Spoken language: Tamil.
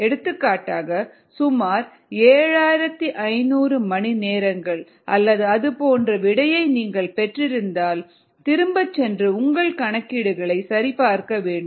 எடுத்துக்காட்டாக சுமார் 7500 மணிநேரங்கள் அல்லது அதுபோன்ற விடையை நீங்கள் பெற்றிருந்தால் திரும்பிச் சென்று உங்கள் கணக்கீடுகளைச் சரிபார்க்க வேண்டும்